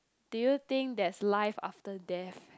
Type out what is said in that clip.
do you think there's life after death